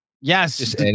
yes